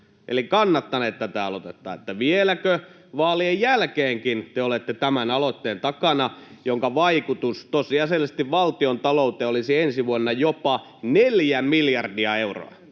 eli kannattaneet tätä aloitetta. Vieläkö, vaalien jälkeenkin, te olette tämän aloitteen takana, minkä vaikutus tosiasiallisesti valtiontalouteen olisi ensi vuonna jopa 4 miljardia euroa